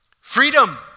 Freedom